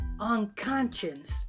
unconscious